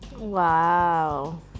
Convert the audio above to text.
Wow